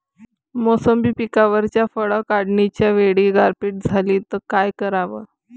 मोसंबी पिकावरच्या फळं काढनीच्या वेळी गारपीट झाली त काय कराव?